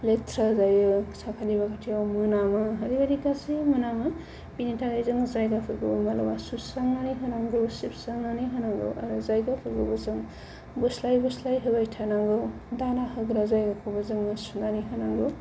लेथ्रा जायो साखाथि बाखाथिया मोनामो ओरैबादि गाज्रि मोनामो बेनि थाखाय जों जायगाफोरखौ माब्लाबा सुस्रांनानै होनांगौ सिबस्रांनानै होनांगौ आरो जायगाफोरखौबो जों बोस्लाय बोस्लाय होबाय थानांगौ दाना होग्रा जायगाखौबो जोङो सुनानै होनांगौ